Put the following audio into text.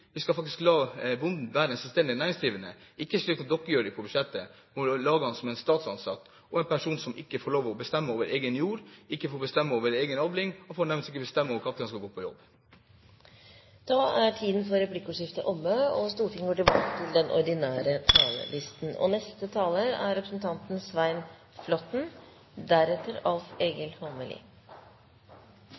vi skal faktisk la bonden være en selvstendig næringsdrivende, ikke slik som regjeringen gjør i budsjettet – å gjøre ham til en statsansatt og til en person som ikke får lov til å bestemme over egen jord, ikke får bestemme over egen avling, og for den saks skyld ikke får bestemme når han skal gå på jobb. Replikkordskiftet er omme. Komiteens behandling av årets jordbruksoppgjør viser at det er en grunnleggende enighet om betydningen av den